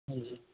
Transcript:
जी